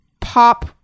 pop